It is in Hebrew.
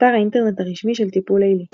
אתר האינטרנט הרשמי של טיפול לילי